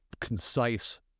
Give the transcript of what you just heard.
Concise